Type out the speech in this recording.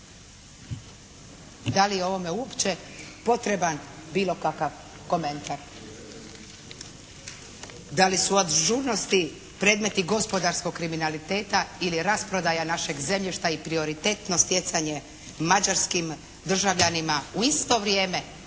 Da li je ovome uopće potreban bilo kakav komentar? Da li su od žurnosti predmeti gospodarskog kriminaliteta ili rasprodaja našeg zemljišta i prioritetno stjecanje mađarskim državljanima u isto vrijeme